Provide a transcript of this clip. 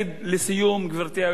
גברתי היושבת-ראש,